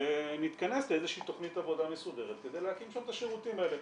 ונתכנס לאיזושהי תכנית עבודה מסודרת כדי להקים שם את השירותים האלה.